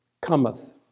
cometh